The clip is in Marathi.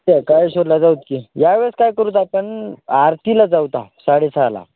चल काळेश्वरला जाऊत की यावेळेस काय करूत आपण आरतीला जाऊ ता साडेसहाला